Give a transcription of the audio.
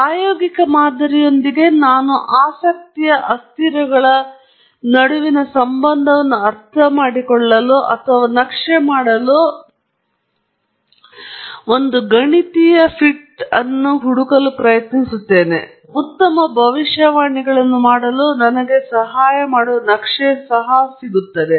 ಪ್ರಾಯೋಗಿಕ ಮಾದರಿಯೊಂದಿಗೆ ನಾನು ಆಸಕ್ತಿಯ ಅಸ್ಥಿರಗಳ ನಡುವಿನ ಸಂಬಂಧವನ್ನು ಅರ್ಥಮಾಡಿಕೊಳ್ಳಲು ಅಥವಾ ನಕ್ಷೆ ಮಾಡಲು ಸಹಾಯ ಮಾಡುವ ಗಣಿತೀಯ ಫಿಟ್ ಅನ್ನು ಹುಡುಕಲು ಪ್ರಯತ್ನಿಸುತ್ತಿದ್ದೇನೆ ಮತ್ತು ಉತ್ತಮ ಭವಿಷ್ಯವಾಣಿಗಳನ್ನು ಮಾಡಲು ನನಗೆ ಸಹಾಯ ಮಾಡುವ ನಕ್ಷೆ ಸಹ ಅದು ಇಲ್ಲಿದೆ